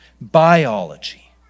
biology